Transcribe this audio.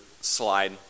slide